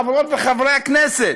חברות וחברי הכנסת.